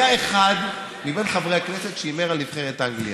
היה אחד מבין חברי הכנסת שהימר על נבחרת אנגליה.